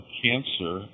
cancer